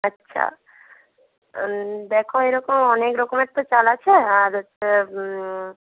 আচ্ছা দেখো এরকম অনেক রকমের তো চাল আছে আর হচ্ছে